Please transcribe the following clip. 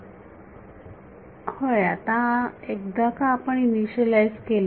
विद्यार्थी होयआता एकदा का आपण इनिशियालाइज केले